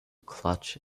clutch